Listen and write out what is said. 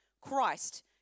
Christ